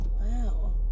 Wow